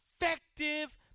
effective